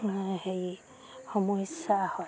হেৰি সমস্যা হয়